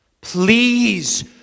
Please